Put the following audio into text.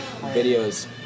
videos